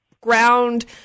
ground